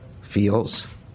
feels